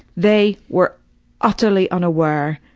they were utterly unaware.